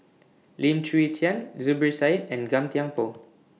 Lim Chwee Chian Zubir Said and Gan Thiam Poh